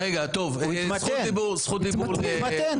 התמתן, אה?